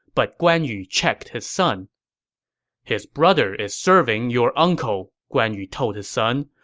but guan yu checked his son his brother is serving your uncle, guan yu told his son.